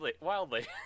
wildly